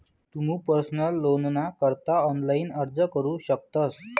तुमू पर्सनल लोनना करता ऑनलाइन अर्ज करू शकतस